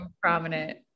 prominent